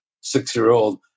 six-year-old